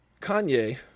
Kanye